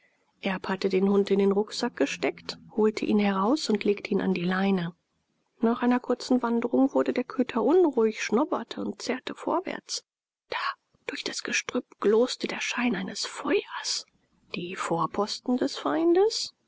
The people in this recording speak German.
erb hatte den hund in den rucksack gesteckt holte ihn heraus und legte ihn an die leine nach einer kurzen wanderung wurde der köter unruhig schnoberte und zerrte vorwärts da durch das gestrüpp gloste der schein eines feuers die vorposten des feindes